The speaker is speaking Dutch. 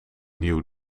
nieuw